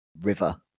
River